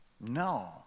No